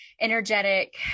energetic